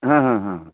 हँ हँ हँ